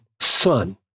son